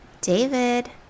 David